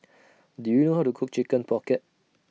Do YOU know How to Cook Chicken Pocket